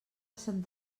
sant